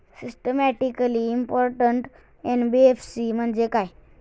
Systematically important NBFC म्हणजे काय?